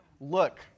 Look